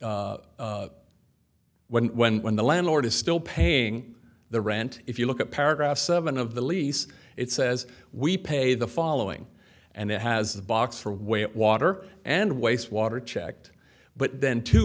the when when when the landlord is still paying the rent if you look at paragraph seven of the lease it says we pay the following and it has a box for weight water and wastewater checked but then two